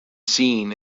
seen